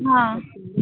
ആ